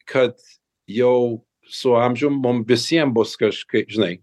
kad jau su amžium mum visiem bus kažkaip žinai